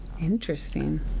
interesting